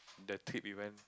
the trip events